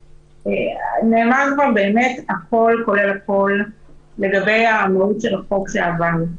נאמר הכול כולל הכול לגבי המהות של החוק שעבר.